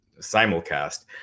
simulcast